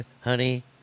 honey